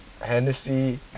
Hennessy